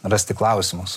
rasti klausimus